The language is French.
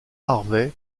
harvey